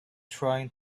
trying